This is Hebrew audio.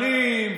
והרבנים,